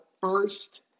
first